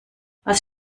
was